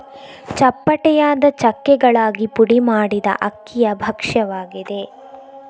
ಚಪ್ಪಟೆಯಾದ ಚಕ್ಕೆಗಳಾಗಿ ಪುಡಿ ಮಾಡಿದ ಅಕ್ಕಿಯ ಭಕ್ಷ್ಯವಾಗಿದೆ